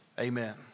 Amen